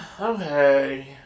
okay